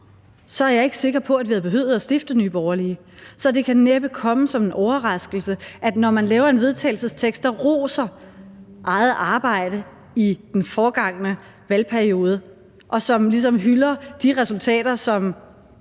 så er jeg ikke sikker på, at vi havde behøvet at stifte Nye Borgerlige. Så det kan næppe komme som en overraskelse, at det, når man laver et forslag til vedtagelse, der roser eget arbejde i den forgangne valgperiode, og som ligesom hylder de resultater, som